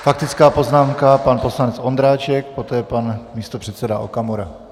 Faktická poznámka, pan poslanec Ondráček, poté pan místopředseda Okamura.